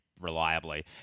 reliably